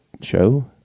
show